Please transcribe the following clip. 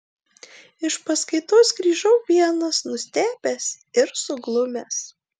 iš paskaitos grįžau vienas nustebęs ir suglumęs